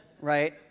right